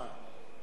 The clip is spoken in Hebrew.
אז